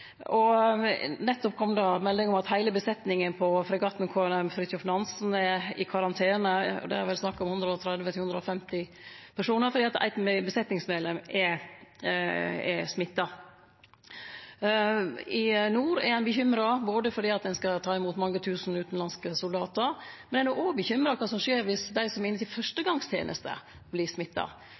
kom nettopp melding om at heile besetninga på fregatten KNM «Fridtjof Nansen» er i karantene – det er vel snakk om 130–150 personar – fordi eitt besetningsmedlem er smitta. I nord er ein bekymra både fordi ein skal ta imot mange tusen utanlandske soldatar, og for kva som skjer viss dei som er inne til fyrstegongsteneste, vert smitta.